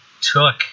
took